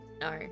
no